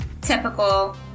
typical